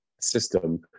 system